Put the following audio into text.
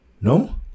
No